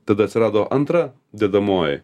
tada atsirado antra dedamoji